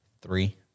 three